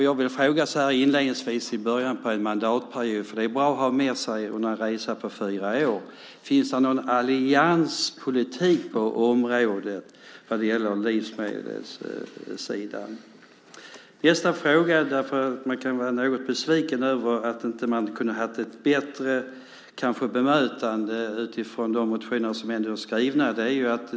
Jag vill fråga så här i början av en mandatperiod, för det är bra att ha med sig under en resa på fyra år: Finns det någon allianspolitik på livsmedelsområdet? När det gäller nästa fråga kan man vara något besviken över att inte ha fått ett bättre bemötande utifrån de motioner som ändå är skrivna.